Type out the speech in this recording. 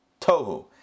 Tohu